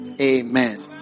Amen